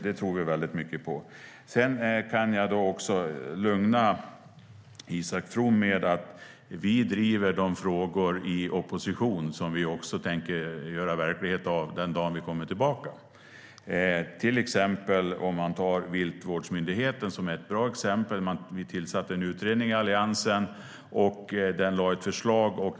Det tror vi väldigt mycket på. Jag kan lugna Isak From med att vi i opposition driver de frågor som vi tänker göra verklighet av den dagen vi kommer tillbaka. Viltvårdsmyndigheten är ett bra exempel. Vi tillsatte en utredning i Alliansen, och den lade fram ett förslag.